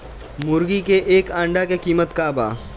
मुर्गी के एक अंडा के कीमत का बा?